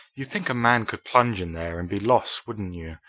you'd think a man could plunge in there and be lost, wouldn't you?